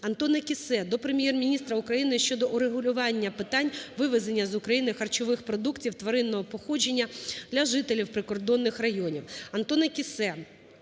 АнтонаКіссе до Прем'єр-міністра України щодо урегулювання питань вивезення з України харчових продуктів тваринного погодження для жителів прикордонних районів.